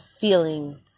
feeling